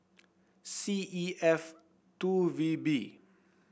C E F two V B